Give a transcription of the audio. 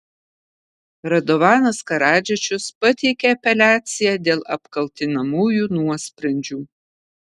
radovanas karadžičius pateikė apeliaciją dėl apkaltinamųjų nuosprendžių